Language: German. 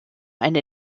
eine